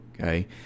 okay